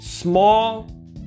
Small